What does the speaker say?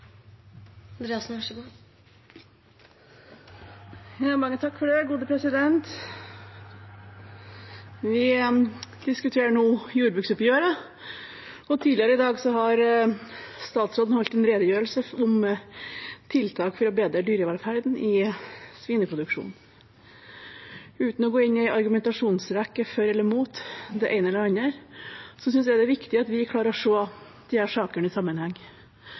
Vi diskuterer nå jordbruksoppgjøret. Tidligere i dag har statsråden holdt en redegjørelse om tiltak for å bedre dyrevelferden i svineproduksjonen. Uten å gå inn i en argumentasjonsrekke for eller imot det ene eller det andre, syns jeg det er viktig at vi klarer å se disse sakene i sammenheng.